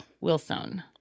Wilson